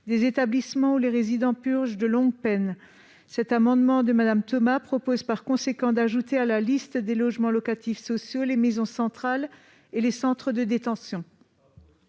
des établissements où les résidents purgent de longues peines. Cet amendement vise par conséquent à ajouter à la liste des logements locatifs sociaux les maisons centrales et les centres de détention.